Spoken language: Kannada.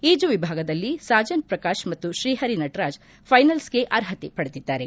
ಈಜು ವಿಭಾಗದಲ್ಲಿ ಸಾಜನ್ ಪ್ರಕಾಶ್ ಮತ್ತು ಶ್ರೀಪರಿ ನಟರಾಜ್ ಫೈನಲ್ಸ್ಗೆ ಅರ್ಹತೆ ಪಡೆದಿದ್ದಾರೆ